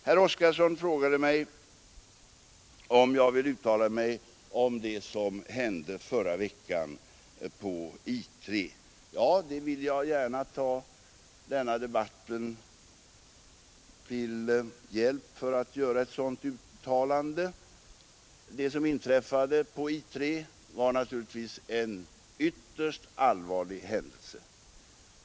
Herr Oskarson frågade om jag ville uttala mig om det som hände förra veckan på I 3. Ja, jag vill gärna ta denna debatt till hjälp för att göra ett sådant uttalande. Det som inträffade på I 3 var naturligtvis en ytterst allvarlig händelse.